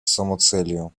самоцелью